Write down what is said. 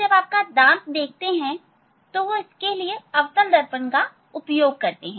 जब वे आप का दांत देखते हैं इसके लिए वे इस दर्पण अवतल दर्पण का उपयोग करते हैं